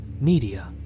media